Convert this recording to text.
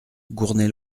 gournay